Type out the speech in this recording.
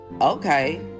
okay